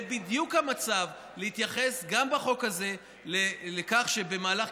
זה בדיוק המצב להתייחס גם בחוק הזה לכך שבמהלך,